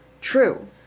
true